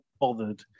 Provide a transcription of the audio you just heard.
bothered